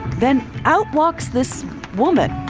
then out walks this woman